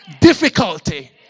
difficulty